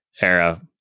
era